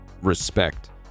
respect